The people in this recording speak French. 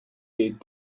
les